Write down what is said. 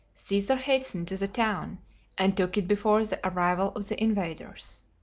caesar hastened to the town and took it before the arrival of the invaders.